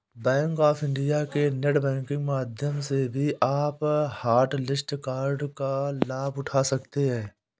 bank of India के net banking माध्यम से भी आप हॉटलिस्ट कार्ड का लाभ उठा सकते हैं